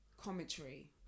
Commentary